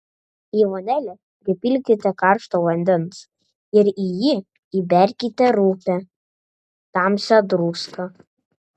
į vonelę pripilkite karšto vandens ir į jį įberkite rupią tamsią druską